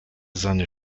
seine